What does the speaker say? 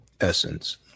Essence